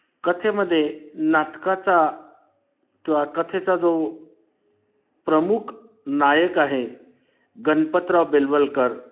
कथेमध्ये नाटकाचा किंवा कथेचा जो प्रमुख नायक आहे गणपतराव बेलवलकर